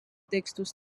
textos